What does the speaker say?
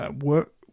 work